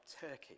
turkey